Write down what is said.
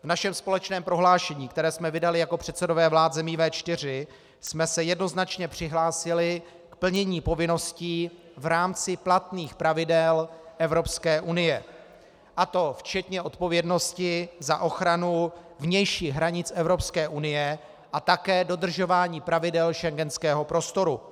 V našem společném prohlášení, které jsme vydali jako předsedové vlád zemí V4, jsme se jednoznačně přihlásili k plnění povinností v rámci platných pravidel Evropské unie, a to včetně odpovědnosti za ochranu vnějších hranic Evropské unie a také dodržování pravidel schengenského prostoru.